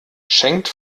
schenkt